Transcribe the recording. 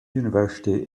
university